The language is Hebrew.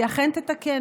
והיא אכן תתקן,